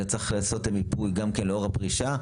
אלא צריך לעשות מיפוי גם כן לאור הפרישה,